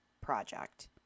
project